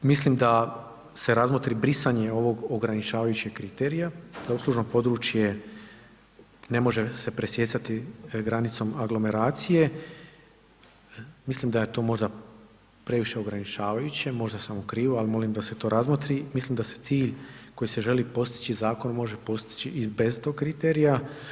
Mislim da se razmotri brisanje ovog ograničavajućeg kriterija, da uslužno područje ne može se presijecati granicom aglomeracije, mislim da je to možda previše ograničavajuće, možda sam u krivu ali molim da se to razmotri, mislim se cilj koji se želi postići zakonom može postići i bez tog kriterija.